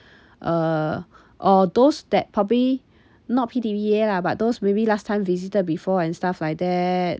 uh or those that probably not P_D_P_A lah but those maybe last time visited before and stuff like that